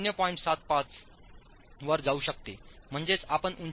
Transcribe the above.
75 वर जाऊ शकते म्हणजेच आपण उंची ०